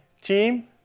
team